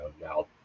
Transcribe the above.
Now